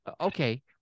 Okay